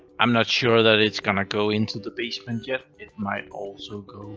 i'm not sure that it's going to go into the basement yet, it might also go